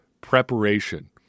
preparation